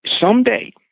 Someday